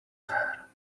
fair